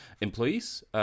employees